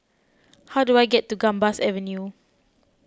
how do I get to Gambas Avenue